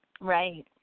Right